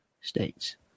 states